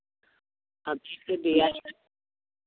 अभी तो दिया है